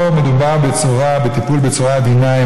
פה מדובר בטיפול בצורה עדינה,